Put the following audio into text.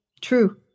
true